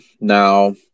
Now